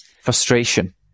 frustration